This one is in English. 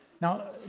Now